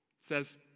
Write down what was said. says